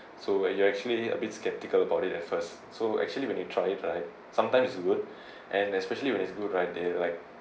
so when you are actually a bit skeptical about it at first so actually when you tried right sometimes it good and especially when it's good right they like